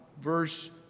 Verse